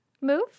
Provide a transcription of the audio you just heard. move